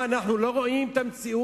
מה, אנחנו לא רואים את המציאות?